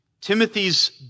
Timothy's